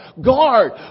Guard